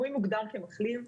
מי מוגדר כמחלים,